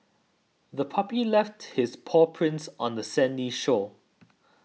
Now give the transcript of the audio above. the puppy left his paw prints on the sandy shore